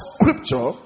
Scripture